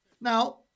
Now